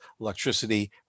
Electricity